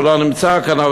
שלא נמצא כאן,